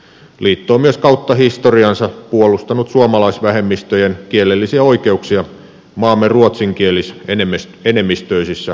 liitto on myös kautta historiansa puolustanut suomalaisvähemmistöjen kielellisiä oikeuksia maamme ruotsinkielisenemmistöisissä kunnissa